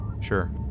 Sure